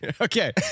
okay